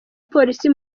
polisi